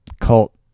cult